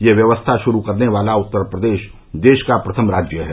यह व्यवस्था शुरू करने वाला उत्तर प्रदेश देश का प्रथम राज्य है